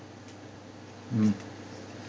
mm